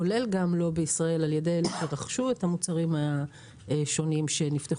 כולל גם לא בישראל על ידי אלה שרכשו את המוצרים השונים שנפתחו,